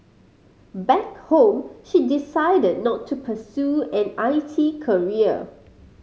back home she decided not to pursue an I T career